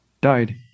Died